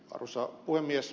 arvoisa puhemies